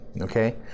Okay